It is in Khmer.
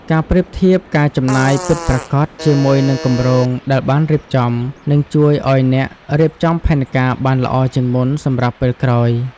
ការប្រៀបធៀបការចំណាយពិតប្រាកដជាមួយនឹងគម្រោងដែលបានរៀបចំ នឹងជួយឱ្យអ្នករៀបចំផែនការបានល្អជាងមុនសម្រាប់ពេលក្រោយ។